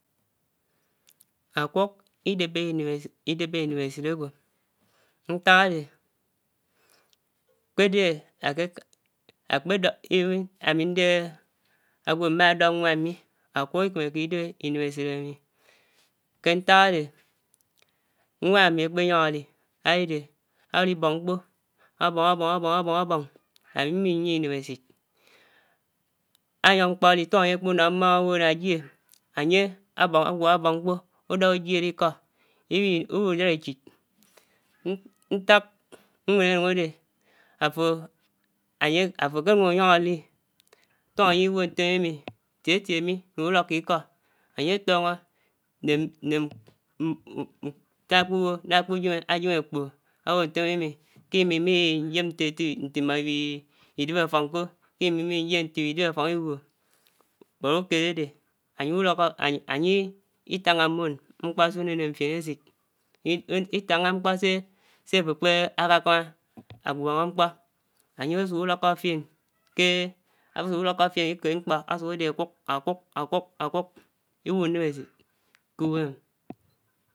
Ákuk idèpè inèmèsit idèpè inèmèsit ágwò nták ádè àkpèdè ákè ákpè dó even ámi ndèhè ágwò mmà dó nwán mie ákuk ikèmàkè idèp inèmèsit ámi kè nták ádè nwán mi ákpè nyòng ádi ádidè ádi bòng mkpòh, ábòng ábòng ábòng ámi mbihi niè inèmèsit () áyòng mkpò ádi utukò ányè ákpu nó mmòng ábò ná ájiè ányè ábòng ágwó ábòng mkpòh udòhòjiéd ikó ibihi ubuhu nèm échid. Nták nwèn ánuk ádè àfò ányè àfò àkènwk ányòng adi, tiè-tiè mi nò udókó ikó ányè tòngò ákpu bò ná ákpè yèm ákpòhò ábò ntò mmi mi imò mi yèm tè ntè ntè nt imò ibi-dèp áffòng iwò but ukèd ádè ányè ulókó ányè itángà ndwòn mkpò sè unè fién èsit itángá mkpò sè àfò ákpè kákámá ágwòngò mkpò ányè ásuk dókó fién kè, ásuk udòkò fién ukèd mkpò ásuk ádè ákuk ákuk ákuk ibuhu nèm èsit k'uwèm èm